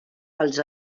els